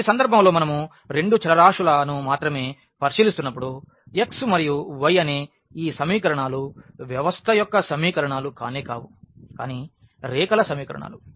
ఈ సందర్భంలో మనం రెండు చలరాశుల మాత్రమే పరిశీలిస్తున్నప్పుడు x మరియు y అనే ఈ సమీకరణాల వ్యవస్థ యొక్క సమీకరణాలు కానే కావు కానీ రేఖల సమీకరణాలు